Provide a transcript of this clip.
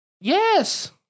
Yes